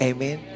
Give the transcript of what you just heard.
Amen